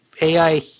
AI